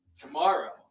Tomorrow